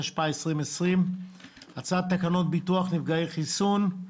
התשפ"א-2020 והצעת תקנות ביטוח נפגעי חיסון (תיקון).